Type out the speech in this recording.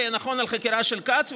ויהיה נכון על חקירה של כץ,